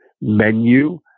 menu